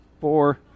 four